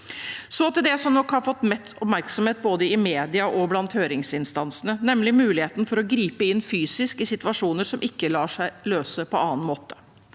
Så til det som nok har fått mest oppmerksomhet både i media og blant høringsinstansene, nemlig muligheten for å gripe inn fysisk i situasjoner som ikke lar seg løse på annen måte.